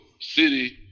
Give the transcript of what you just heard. city